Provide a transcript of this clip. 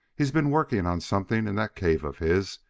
he's been working on something in that cave of his,